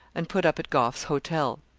and put up at gough's hotel.